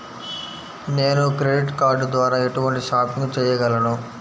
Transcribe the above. నేను credit card ద్వార ఎటువంటి షాపింగ్ చెయ్యగలను?